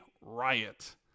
riot